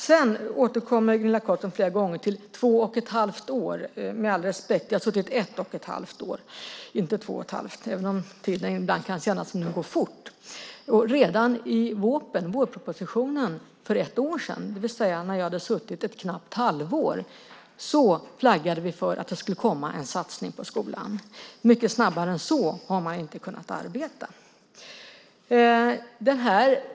Sedan återkommer Gunilla Carlsson flera gånger till två och ett halvt år. Med all respekt, men jag har suttit ett och ett halvt år, inte två och ett halvt, även om det ibland kan kännas som att tiden går fort. Redan i vårpropositionen för ett år sedan, det vill säga när jag hade suttit ett knappt halvår, flaggade vi för att det skulle komma en satsning på skolan. Mycket snabbare än så har man inte kunnat arbeta.